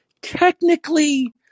Technically